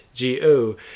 GO